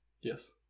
Yes